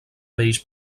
vells